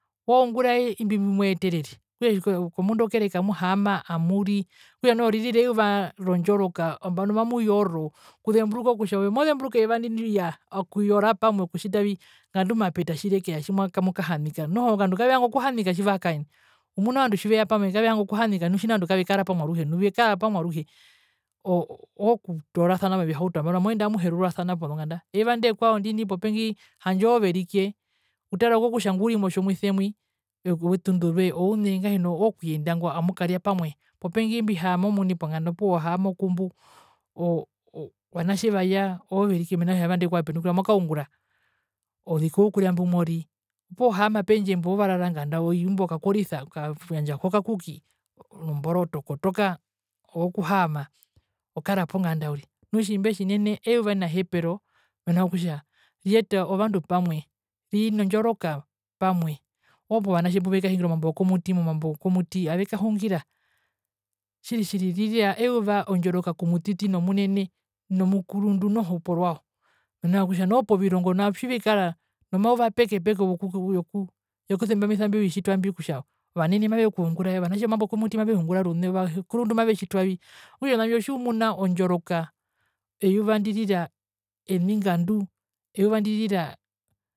Waungurae imbi mbimweterere okutja kombunda okereka amuhaama amuri okutja noho ririra eyuva rondjoroka okutja nambano mamuyoro okuzemburuka kutja ove mozemburuka eyuva ndina iyaa okuyora pamwe okutjitavi ngandu mapeta tjirekeya tjimwa tjimamukahanika noho ovandu kavevanga okuhanika tjivahakaene umuna ovandu tjiveya pamwe kavevanga okuhanika tjina ovandu kavekara pamwe aruhe nu vekaa pamwe ooku okutorasana movihauto nambano amuyende amherurasana pozonganda euva inde kwao ndina popengi handje oove rike utara kokutja nguri motjomuise mwi wetundu roye oune ngahino ookuyenda ngo amukaria pamwe popengi mbihaama omuni ponganda opuwo ohaama okumbu oo oo ovanatje vaya mena rokutja eyuva inde kwao pendukirwa mokaungura oziki oukuria mbumori opuwo ohaama pendje mbo ovaranganda oi okakorisa okaandja kokakuki nomboroto okotoka ookuhama okara ponganda uriri nu tjimbe tjinene euva ena hepero mena rokutja riyeta ovandu pamwe rino ndjoroka pamwe opo vanatje puvekahingira omambo wokomuti momambo wokomuti avekahungira tjiri tjiri ririra eyuva ondjoroka komutiti nomunene nomukurundu noho porwao mena kutja nopovirongo nao otjivikara nomauva peke peke woku sembamisa imbi ovitjitwa mbi kutja ovanene mavekungurae ovanatje omambo wokomuti maveungura rune ovakurundu mavetjitwavi okutja ona ndjo otjiumuna ondjoroka euva ndirira eningandu euva ndirira.